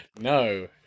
No